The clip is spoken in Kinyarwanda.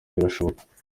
birashoboka